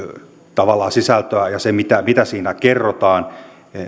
tavallaan ja sen mitä siinä kerrotaan